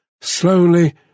slowly